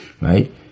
right